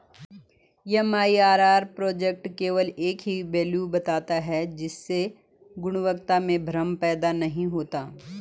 MIRR project केवल एक ही वैल्यू बताता है जिससे गणना में भ्रम पैदा नहीं होता है